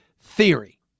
theory